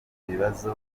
ibibazo